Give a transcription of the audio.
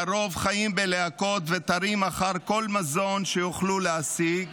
לרוב חיים בלהקות, ותרים אחר כל מזון שיוכלו להשיג